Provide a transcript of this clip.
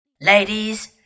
Ladies